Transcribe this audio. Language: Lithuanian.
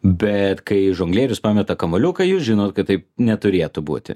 bet kai žonglierius pameta kamuoliuką jūs žinot kad taip neturėtų būti